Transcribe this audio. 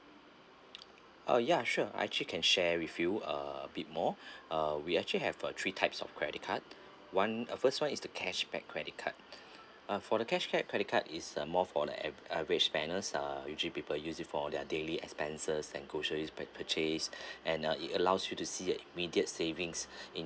uh ya sure I actually can share with you uh a bit more uh we actually have uh three types of credit card one uh first one is the cashback credit card uh for the cashback credit card is a more for the a~ average wearers uh usually people use it for their daily expenses and groceries purchase and uh it allows you to see an immediate savings in